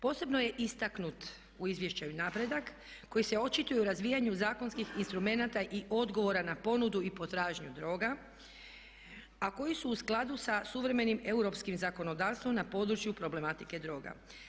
Posebno je istaknut u izvješću i napredak koji se očituje u razvijanju zakonskih instrumenata i odgovora na ponudu i potražnju droga a koji su u skladu sa suvremenim europskim zakonodavstvom na području problematike droga.